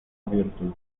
virtud